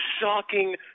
shocking